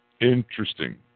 Interesting